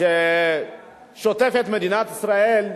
ששוטף את מדינת ישראל,